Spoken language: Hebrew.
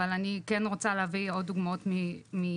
אני כן רוצה להביא עוד דוגמאות משלנו.